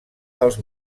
dels